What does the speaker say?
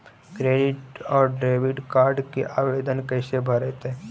Credit और debit card के आवेदन कैसे भरैतैय?